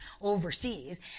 overseas